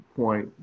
point